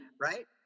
right